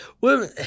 Women